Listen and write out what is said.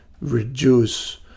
reduce